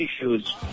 issues